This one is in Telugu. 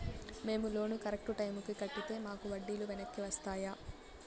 మేము లోను కరెక్టు టైముకి కట్టితే మాకు వడ్డీ లు వెనక్కి వస్తాయా?